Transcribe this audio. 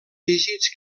dígits